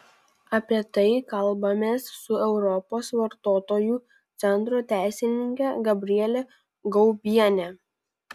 apie tai kalbamės su europos vartotojų centro teisininke gabriele gaubiene